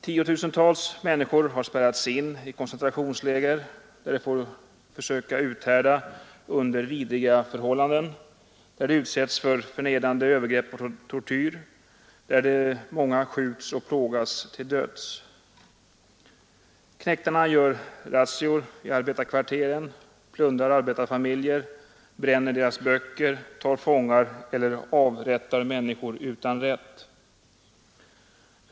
Tiotusentals människor har spärrats in i koncentrationsläger, där de får försöka uthärda under vidriga förhållanden, där de utsätts för förnedrande övergrepp och tortyr, där många skjuts eller plågas till döds. Knektarna gör razzior i arbetarkvarteren, plundrar arbetarfamiljer, bränner deras böcker, tar fångar eller avrättar människor utan rätt.